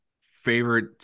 favorite